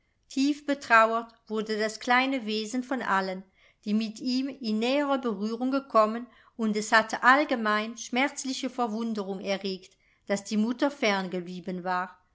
tief betrauert wurde das kleine wesen von allen die mit ihm in nähere berührung gekommen und es hatte allgemein schmerzliche verwunderung erregt daß die mutter fern geblieben war